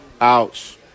Ouch